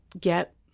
get